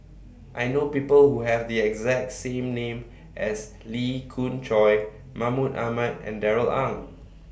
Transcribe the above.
I know People Who Have The exact same name as Lee Khoon Choy Mahmud Ahmad and Darrell Ang